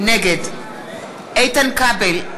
נגד איתן כבל,